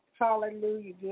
Hallelujah